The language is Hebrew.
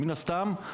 מן הסתם,